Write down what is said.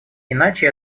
иначе